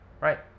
Right